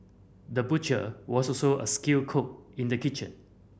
the butcher was also a skilled cook in the kitchen